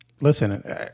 Listen